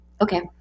okay